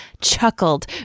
chuckled